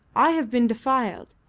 i have been defiled,